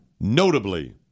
notably